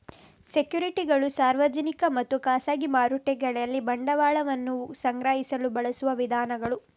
ಸೆಕ್ಯುರಿಟಿಗಳು ಸಾರ್ವಜನಿಕ ಮತ್ತು ಖಾಸಗಿ ಮಾರುಕಟ್ಟೆಗಳಲ್ಲಿ ಬಂಡವಾಳವನ್ನ ಸಂಗ್ರಹಿಸಲು ಬಳಸುವ ವಿಧಾನಗಳು